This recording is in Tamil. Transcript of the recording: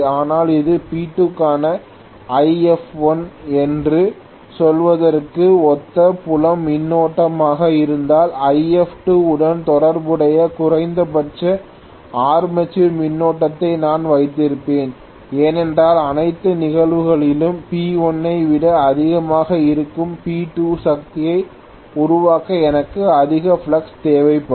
ஆனால் இது P2 க்கான If1 என்று சொல்வதற்கு ஒத்த புலம் மின்னோட்டமாக இருந்தால் If2 உடன் தொடர்புடைய குறைந்தபட்ச ஆர்மேச்சர் மின்னோட்டத்தை நான் வைத்திருப்பேன் ஏனென்றால் அனைத்து நிகழ்தகவுகளிலும் P1 ஐ விட அதிகமாக இருக்கும் P2 சக்தியை உருவாக்க எனக்கு அதிக ஃப்ளக்ஸ் தேவைப்படும்